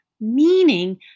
meaning